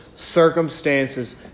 circumstances